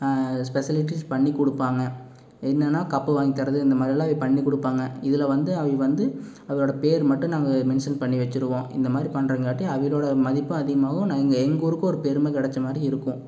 specialities பண்ணி கொடுப்பாங்க என்னன்னா கப் வாங்கி தரது இந்த மாதிரிலாம் பண்ணி கொடுப்பாங்க இதில் வந்து அவிங்க வந்து அவங்களோட பேர் மட்டும் நாங்கள் மென்ஷன் பண்ணி வச்சிடுவோம் இந்தமாதிரி பண்ணுறங்காட்டி அவிங்களோட மதிப்பும் அதிகமாகும் நாங்கள் எங்கள் ஊருக்கு ஒரு பெருமை கிடைச்ச மாதிரி இருக்கும்